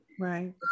Right